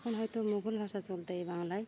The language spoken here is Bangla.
তখন হয়তো মুঘল ভাষা চলতে এই বাংলায়